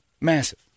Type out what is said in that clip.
Massive